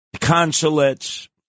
consulates